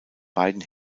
beiden